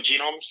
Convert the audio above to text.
genomes